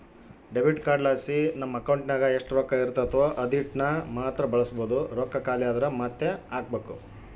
debit ಕಾರ್ಡ್ಲಾಸಿ ನಮ್ ಅಕೌಂಟಿನಾಗ ಎಷ್ಟು ರೊಕ್ಕ ಇರ್ತತೋ ಅದೀಟನ್ನಮಾತ್ರ ಬಳಸ್ಬೋದು, ರೊಕ್ಕ ಖಾಲಿ ಆದ್ರ ಮಾತ್ತೆ ಹಾಕ್ಬಕು